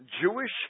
Jewish